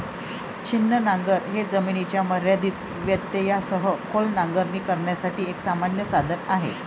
छिन्नी नांगर हे जमिनीच्या मर्यादित व्यत्ययासह खोल नांगरणी करण्यासाठी एक सामान्य साधन आहे